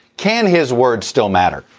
can his words still matter?